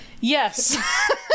yes